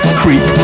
creep